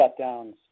shutdowns